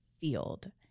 field